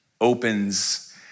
opens